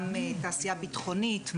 גם תעשייה ביטחונית,